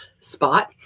spot